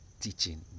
teaching